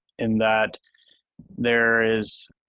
in that there is